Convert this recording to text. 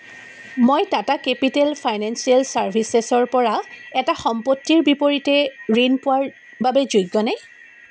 মই Tata capital financial ছাৰ্ভিচেছৰ পৰা এটা সম্পত্তিৰ বিপৰীতে ঋণ পোৱাৰ বাবে যোগ্যনে